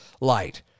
Light